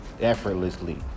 effortlessly